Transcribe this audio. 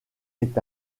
est